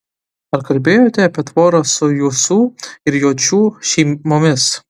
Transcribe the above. ar kalbėjote apie tvorą su jusų ir jočių šeimomis